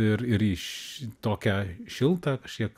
ir ir iš tokią šiltą kažkiek